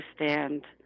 understand